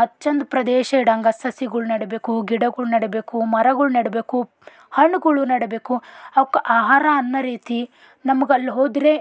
ಹಚ್ಚನ್ದು ಪ್ರದೇಶ ಇಡಂಗೆ ಸಸಿಗಳು ನೆಡಬೇಕು ಗಿಡಗಳು ನೆಡಬೇಕು ಮರಗಳು ನೆಡಬೇಕು ಹಣ್ಣುಗಳು ನೆಡಬೇಕು ಅವ್ಕೆ ಆಹಾರ ಅನ್ನೋ ರೀತಿ ನಮ್ಗಲ್ಲಿ ಹೋದರೆ